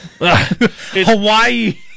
Hawaii